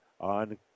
on